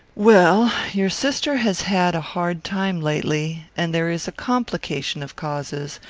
well, your sister has had a hard time lately, and there is a complication of causes,